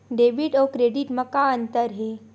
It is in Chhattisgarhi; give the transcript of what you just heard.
डेबिट अउ क्रेडिट म का अंतर हे?